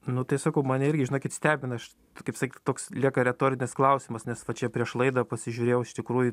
nu tai sakau mane irgi žinokit stebina aš kaip sak toks lieka retorinis klausimas nes va čia prieš laidą pasižiūrėjau iš tikrųjų